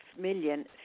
million